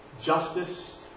justice